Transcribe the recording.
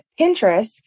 Pinterest